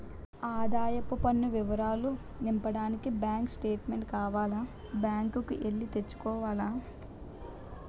ఆదాయపు పన్ను వివరాలు నింపడానికి బ్యాంకు స్టేట్మెంటు కావాల బ్యాంకు కి ఎల్లి తెచ్చుకోవాల